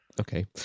Okay